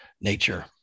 nature